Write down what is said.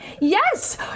Yes